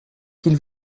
qu’il